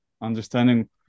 understanding